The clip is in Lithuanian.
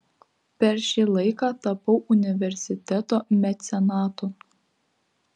per šį laiką tapau universiteto mecenatu